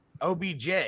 OBJ